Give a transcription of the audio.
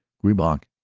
griesbach,